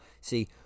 See